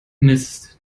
mist